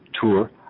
tour